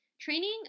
Training